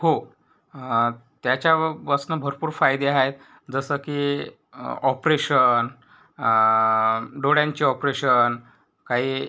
हो त्याच्यापासून भरपूर फायदे आहेत जसं की ऑपरेशन डोळ्यांचे ऑपरेशन काही